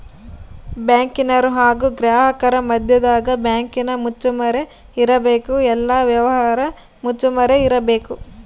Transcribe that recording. ಬ್ಯಾಂಕಿನರು ಹಾಗು ಗ್ರಾಹಕರ ಮದ್ಯದಗ ಬ್ಯಾಂಕಿನ ಮುಚ್ಚುಮರೆ ಇರಬೇಕು, ಎಲ್ಲ ವ್ಯವಹಾರ ಮುಚ್ಚುಮರೆ ಇರಬೇಕು